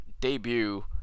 debut